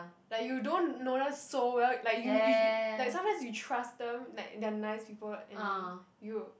like you don't know them so well like you you you like sometimes you trust them like they are nice people and you